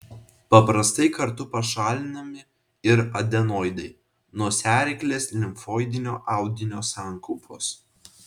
paprastai kartu pašalinami ir adenoidai nosiaryklės limfoidinio audinio sankaupos